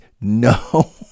no